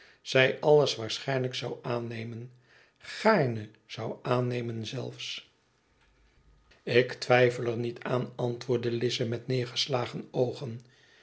zij alles waarschijnlijk zou aannemen gaarne zou aannemen zelfs ik twijfel er niet aan antwoordde lize met neergeslagen oogen